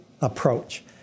approach